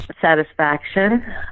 satisfaction